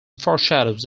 foreshadows